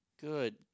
Good